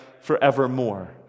forevermore